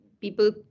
people